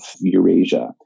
Eurasia